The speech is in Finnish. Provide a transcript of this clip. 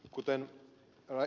kuten ed